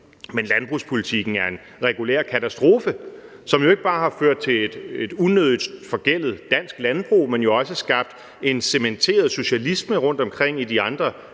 men landbrugspolitikken er en regulær katastrofe, som ikke bare har ført til et unødigt forgældet dansk landbrug, men jo også skabt en cementeret socialisme rundtomkring i de andre